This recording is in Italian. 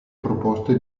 proposte